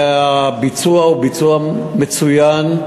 והביצוע הוא ביצוע מצוין,